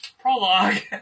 prologue